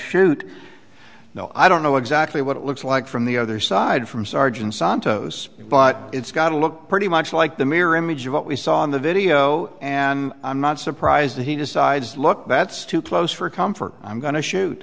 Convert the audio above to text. shoot no i don't know exactly what it looks like from the other side from sergeant santos but it's got to look pretty much like the mirror image of what we saw in the video and i'm not surprised that he decides look that's too close for comfort i'm going to shoot